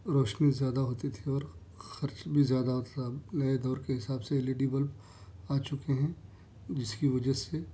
روشنی زیادہ ہوتی تھی اور خرچ بھی زیادہ ہوتا تھا نئے دور کے حساب سے ایل ای ڈی بلب آ چکے ہیں جس کی وجہ سے